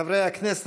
חברי הכנסת,